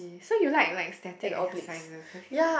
so you like like static exercise have you